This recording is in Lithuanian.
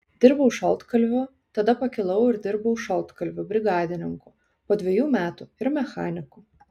dirbau šaltkalviu tada pakilau ir dirbau šaltkalviu brigadininku po dviejų metų ir mechaniku